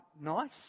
nice